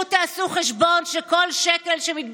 או 20 מיליון שקל.